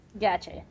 gotcha